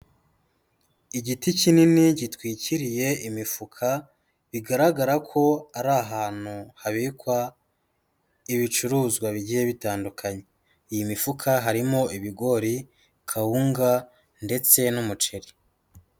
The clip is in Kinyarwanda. Igiti kinini gitwikiriye imifuka, bigaragara ko ari ahantu habikwa ibicuruzwa bigiye bitandukanye, iyi mifuka harimo ibigori, kawunga ndetse n'umuceri.